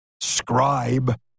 scribe